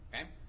Okay